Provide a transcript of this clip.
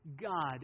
God